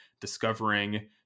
discovering